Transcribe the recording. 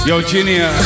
Virginia